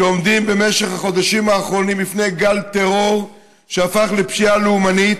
שעומדים בחודשים האחרונים בפני גל טרור שהפך לפשיעה לאומנית.